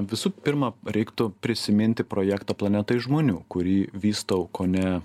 visų pirma reiktų prisiminti projektą planeta iš žmonių kurį vystau kone